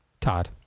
Todd